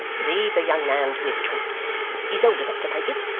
leave the young man to his choice he's old enough to make it,